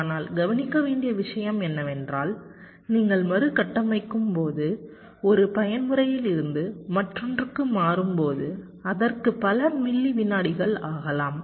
ஆனால் கவனிக்க வேண்டிய விஷயம் என்னவென்றால் நீங்கள் மறுகட்டமைக்கும்போது ஒரு பயன்முறையிலிருந்து மற்றொன்றுக்கு மாறும்போது அதற்கு பல மில்லி விநாடிகள் ஆகலாம்